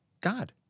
God